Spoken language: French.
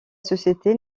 société